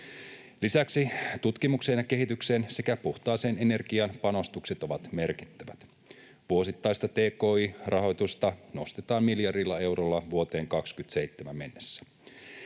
panostukset tutkimukseen ja kehitykseen sekä puhtaaseen energiaan ovat merkittävät. Vuosittaista tki-rahoitusta nostetaan miljardilla eurolla vuoteen 27 mennessä.